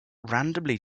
randomly